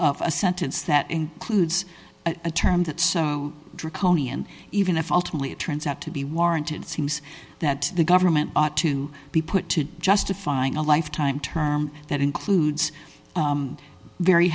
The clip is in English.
of a sentence that includes a term that's draconian even if ultimately it turns out to be warranted seems that the government ought to be put to justifying a lifetime term that includes very